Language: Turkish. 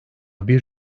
bir